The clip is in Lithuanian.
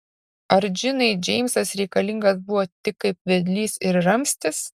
ar džinai džeimsas reikalingas buvo tik kaip vedlys ir ramstis